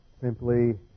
simply